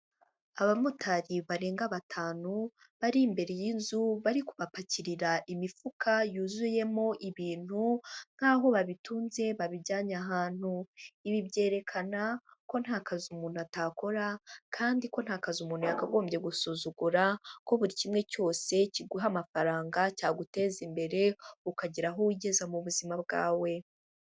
Abamotari barenga batanu barimbere y'inzu bari ku kubapakirira imifuka yuzuyemo ibintu nk'aho babitunze babijyanye ahantu. Ibi byerekana ko nta kazi umuntu atakora kandi ko nta kazi umuntu yakagombye gusuzugura ko buri kimwe cyose kiguha amafaranga cyaguteza imbere. Ukagira aho wigeza mu buzima bwawe.